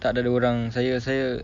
tak ada lah orang saya saya